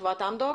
מכן.